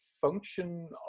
function